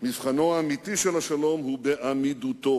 מבחנו האמיתי של השלום הוא בעמידותו,